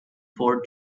fort